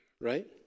right